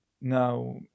now